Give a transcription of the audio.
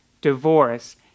divorce